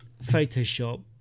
Photoshop